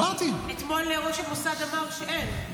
אתמול ראש המוסד אמר שאין.